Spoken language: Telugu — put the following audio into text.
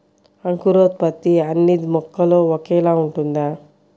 అంకురోత్పత్తి అన్నీ మొక్కలో ఒకేలా ఉంటుందా?